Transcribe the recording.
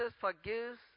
forgives